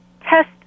test